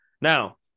now